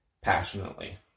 passionately